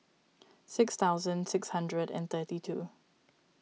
six thousand six hundred and thirty two